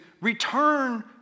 return